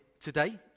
today